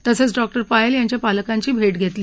तसंच डॉक्टरे पायल यांच्या पालकांची भे घेतली